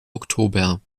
oktober